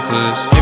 Cause